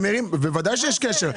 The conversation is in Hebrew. בוודאי שיש קשר.